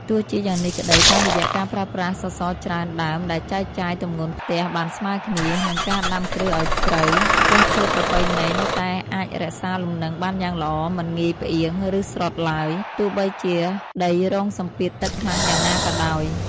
ទោះជាយ៉ាងនេះក្ដី តាមរយៈការប្រើប្រាស់សសរច្រើនដើមដែលចែកចាយទម្ងន់ផ្ទះបានស្មើគ្នា និងការដាំគ្រឹះឱ្យជ្រៅ ផ្ទះឈើប្រពៃណីនៅតែអាចរក្សាលំនឹងបានយ៉ាងល្អ មិនងាយផ្អៀង ឬស្រុតឡើយ ទោះបីជាដីរងសម្ពាធទឹកខ្លាំងយ៉ាងណាក៏ដោយ។